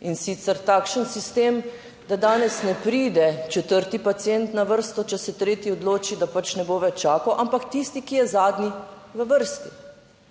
in sicer takšen sistem, da danes ne pride četrti pacient na vrsto, če se tretji odloči, da pač ne bo več čakal. ampak tisti, ki je zadnji v vrsti,